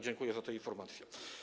Dziękuję za te informacje.